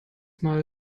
mal